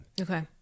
Okay